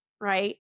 right